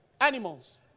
Animals